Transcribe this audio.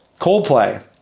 Coldplay